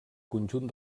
conjunt